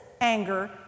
anger